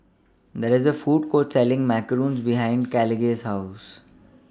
There IS A Food Court Selling Macarons behind Caleigh's House